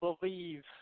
believe